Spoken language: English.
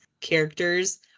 characters